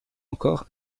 encore